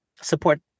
support